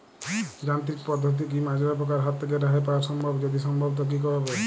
যান্ত্রিক পদ্ধতিতে কী মাজরা পোকার হাত থেকে রেহাই পাওয়া সম্ভব যদি সম্ভব তো কী ভাবে?